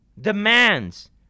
demands